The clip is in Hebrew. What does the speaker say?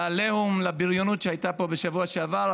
לעליהום, לבריונות שהייתה פה בשבוע שעבר.